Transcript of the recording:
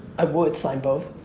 i would sign both.